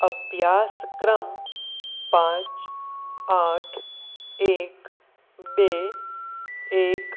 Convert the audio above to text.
અભ્યાસક્રમ પાંચ આઠ એક બે એક